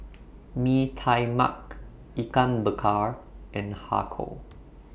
Mee Tai Mak Ikan Bakar and Har Kow